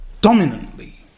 dominantly